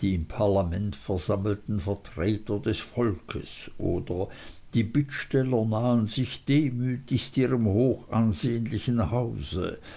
die im parlament versammelten vertreter des volks oder die bittsteller nahen sich demütigst ihrem hochansehnlichen hause